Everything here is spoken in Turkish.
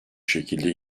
şekilde